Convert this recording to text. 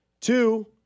Two